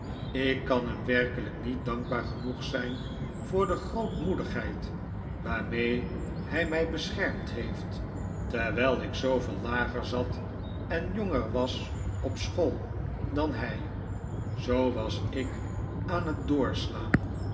ik kan hem werkelijk niet dankbaar genoeg zijn voor de grootmoedigheid waarmee hij mij beschermd heeft terwijl ik zooveel lager zat en jonger was op school dan hij zoo was ik aan het doorslaan